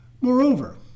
Moreover